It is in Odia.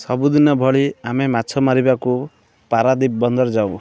ସବୁଦିନ ଭଳି ଆମେ ମାଛ ମାରିବାକୁ ପାରାଦୀପ ବନ୍ଦର ଯାଉ